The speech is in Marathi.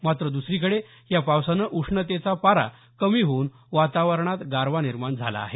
मात्र दसरीकडे या पावसानं उष्णतेचा पारा कमी होऊन वातावरणात गारवा निर्माण झाला आहे